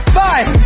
five